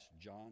john